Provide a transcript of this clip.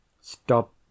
Stop